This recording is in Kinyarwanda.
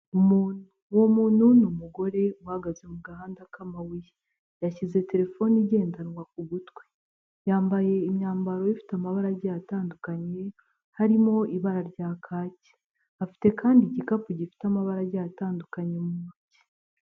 Uwo muntu ni umugore uhagaze mu gahanda k'amabuye yashyize telefone igendanwa ku gutwi, yambaye imyambaro ifite amabara agiye atandukanye harimo ibara rya kaki afite kandi igikapu gifite amabara agiye atandukanye muntoki.